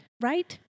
right